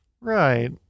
Right